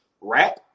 rap